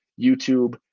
youtube